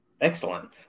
excellent